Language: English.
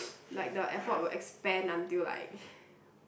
like the airport will expand until like